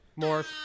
Morph